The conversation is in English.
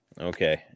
Okay